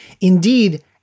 Indeed